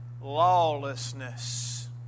lawlessness